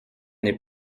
n’est